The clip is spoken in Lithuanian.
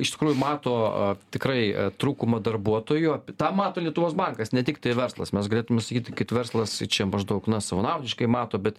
iš tikrųjų mato tikrai trūkumą darbuotojų tą mato lietuvos bankas ne tik tai verslas mes galėtume sakyti kad verslas čia maždaug na savanaudiškai mato bet